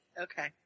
Okay